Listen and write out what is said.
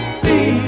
see